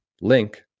link